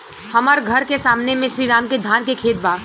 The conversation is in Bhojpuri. हमर घर के सामने में श्री राम के धान के खेत बा